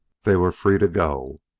they were free to go,